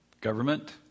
government